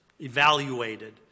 evaluated